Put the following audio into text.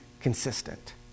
consistent